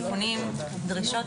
תיקונים ודרישות,